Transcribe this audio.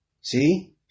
See